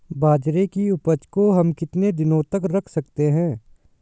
बाजरे की उपज को हम कितने दिनों तक रख सकते हैं?